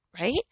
right